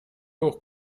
hoch